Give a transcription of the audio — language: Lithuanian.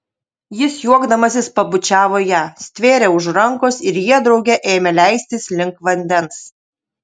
jis juokdamasis pabučiavo ją stvėrė už rankos ir jie drauge ėmė leistis link vandens